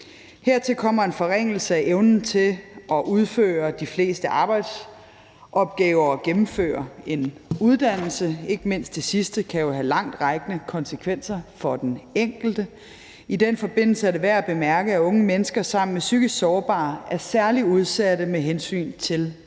Hertil kommer en forringelse af evnen til at udføre de fleste arbejdsopgaver og at gennemføre en uddannelse, og ikke mindst det sidste kan jo have langtrækkende konsekvenser for den enkelte. I den forbindelse er det værd at bemærke, at unge mennesker sammen med psykisk sårbare er særlig udsatte med hensyn til skadesvirkningerne.